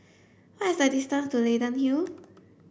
what is the distance to Leyden Hill